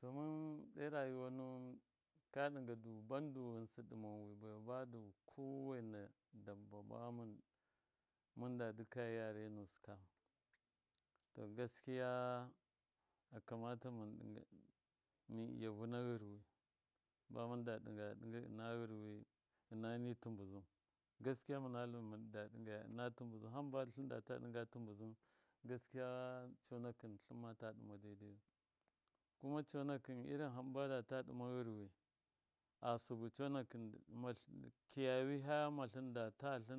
To mɨn ɗe rayuwa nuwɨn ka ɗɨnga du ghɨnsɨ ɗiman wi baiwa badu ko waina dabba bamɨn dabi dɨkaya yare nusɨka to gaskiya akamata mɨn iya ɗɨnga vɨgana ghɨru ɨna wurwɨ ɨna ni timbuzin gaskiya muna tlu mu ɗigaya ɨna timbuzɨn hamba data diga timbuzɨn gaskiya coonakɨ tluma mata dima dai daiyu kuma coonakɨ hamba data dima shɨrwi asɨbu coonakɨ ndɨkiya wɨhɨ aghamatlin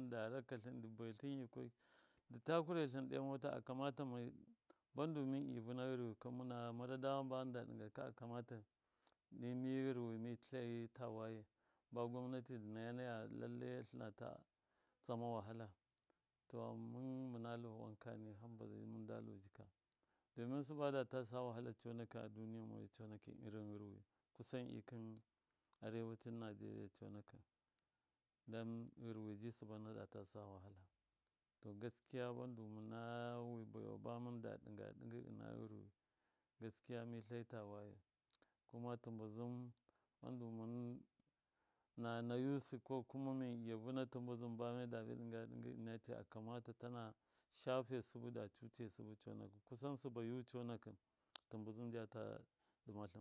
da raka tlin di baiitlin yikwakɨ ndi ta kure tlin do motar akamata di handu mɨn tee vuna wurwɨ muna mara dama bamun da ɗigaka akama ta mɨri wurwɨ mitlayi tawaye ba gwamnati ndɨ nanaya muna tlinsta esama wahala to mun muna tlinwakari hambazai munda tlusika domin suba data sai wahala coonakɨ aduniya coonakɨ ɨrin wurwɨ moyu kusan tkin arewa un nageria coonakɨ don wurwi si bona data sa wahala to gaskiya bondu muna wɨ baiwa ba munda diga digɨ ɨna wurwi gaskiya mɨ tlai tawaye kuma tibuzɨn bodu muna nayusɨ ko kuma mum ɗima vuna tɨbuzin ba mida ɗiga diga ɨnatɨ kusa suba yuu coona kɨn tlbuzin jata dima tlin.